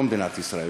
לא מדינת ישראל,